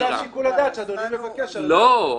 זה לא שיקול הדעת שאדוני מבקש --- לא,